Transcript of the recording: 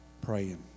praying